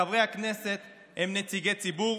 חברי הכנסת הם נציגי ציבור